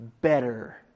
better